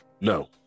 No